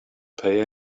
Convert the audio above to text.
pay